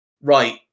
right